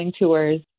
tours